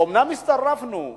אומנם הצטרפנו ל-OECD,